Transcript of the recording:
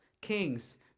kings